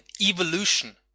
evolution